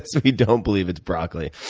so we don't believe it's broccoli.